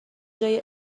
جای